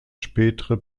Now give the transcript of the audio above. spätere